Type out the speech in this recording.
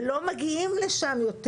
ולא מגיעים לשם יותר